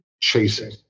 chasing